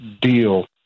deal